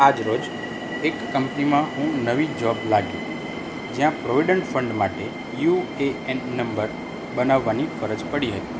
આજરોજ એક કંપનીમાં હુ નવી જોબ લાગ્યો જ્યાં પ્રોવિડન્ટ ફંડ માટે યુ એ એન નંબર બનાવવાની ફરજ પડી હતી